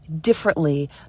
differently